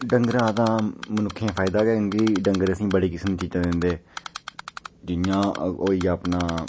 डंगरें दा मनुक्खें गी फायदा गै क्योंकि डंगर असेंगी बड़ी किसम दियां चीजां दिंदे जि'यां होई गेआ अपना